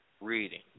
reading